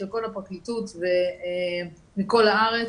של כל הפרקליטות מכל הארץ,